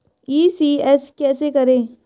ECS कैसे करें?